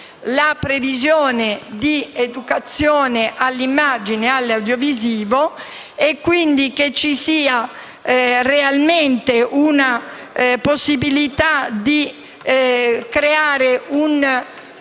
sia prevista l’educazione all’immagine e all’audiovisivo e quindi che ci sia realmente la possibilità di creare un